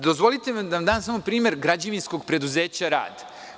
Dozvolite da vam dam samo primer Građevinskog preduzeća RAD.